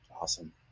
Awesome